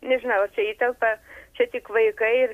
nežinau ar čia įtelpa čia tik vaikai ir